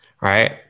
right